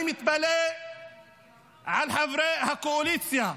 אני מתפלא על חברי הקואליציה,